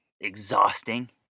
exhausting